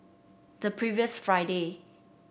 the previous Friday